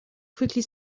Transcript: quickly